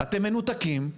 אתם מנותקים.